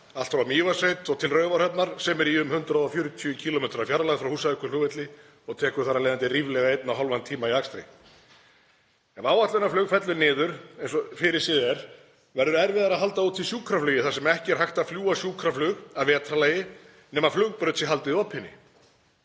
allt frá Mývatnssveit til Raufarhafnar, sem er í um 140 km fjarlægð frá Húsavíkurflugvelli og tekur þar af leiðandi ríflega einn og hálfan tíma í akstri. Ef áætlunarflug fellur niður eins og fyrirséð er verður erfiðara að halda úti sjúkraflugi þar sem ekki er hægt að fljúga sjúkraflug að vetrarlagi nema flugbraut sé haldið opinni.